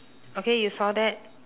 okay you saw that